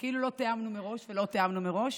וכאילו תיאמנו מראש, ולא תיאמנו מראש,